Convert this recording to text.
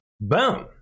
Boom